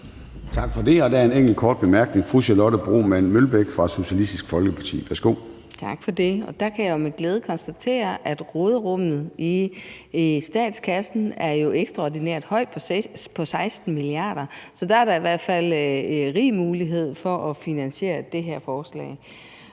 Tak for det. Der er en enkelt kort bemærkning fra fru Charlotte Broman Mølbæk fra Socialistisk Folkeparti. Værsgo. Kl. 13:16 Charlotte Broman Mølbæk (SF): Tak for det. Der kan jeg jo med glæde konstatere, at råderummet i statskassen er ekstraordinært højt, på 16 mia. kr., så der er da i hvert fald rig mulighed for at finansiere det her forslag.